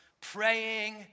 praying